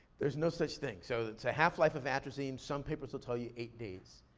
there's no such thing. so it's a half-life of atrazine, some papers will tell you eight days,